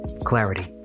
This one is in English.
clarity